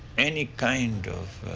any kind of